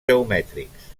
geomètrics